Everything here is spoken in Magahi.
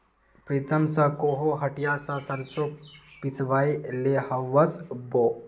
प्रीतम स कोहो हटिया स सरसों पिसवइ ले वस बो